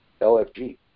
LFG